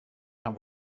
rhan